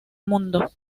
mundo